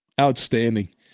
Outstanding